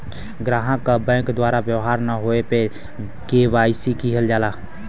ग्राहक क बैंक द्वारा व्यवहार न होये पे के.वाई.सी किहल जाला